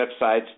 websites